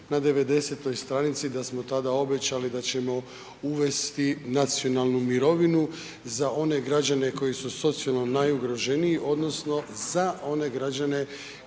na 90.-toj stranici da smo tada obećali da ćemo uvesti nacionalnu mirovinu za one građani koji su socijalno najugroženiji odnosno za ovne građane